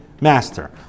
master